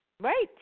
right